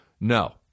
No